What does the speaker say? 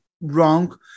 wrong